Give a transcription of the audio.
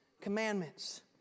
commandments